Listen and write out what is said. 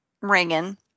ringing